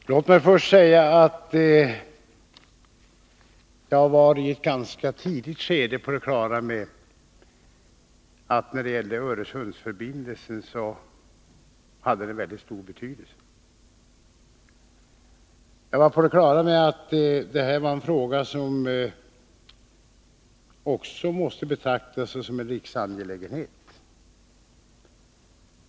Herr talman! Låt mig först säga att jag i ett ganska tidigt skede var på det klara med att Öresundsförbindelsen hade väldigt stor betydelse. Jag var på det klara med att detta var en fråga som också måste betraktas som en riksangelägenhet.